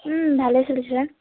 ভালেই চলিছিলে